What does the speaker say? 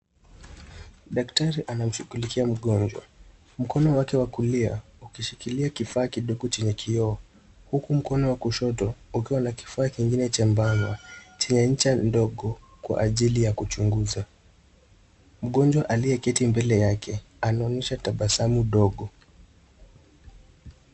Daktari anamshughulikia mgonjwa. Mkono wake wa kulia, ukishikilia kifaa kidogo chenye kioo, huku mkono wa kushoto, ukiwa na kifaa kingine chembamba, chenye ya ncha ndogo, kwa ajili ya kuchunguza. Mgonjwa aliyeketi mbele yake, anaonyesha tabasamu dogo.